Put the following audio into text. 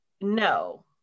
No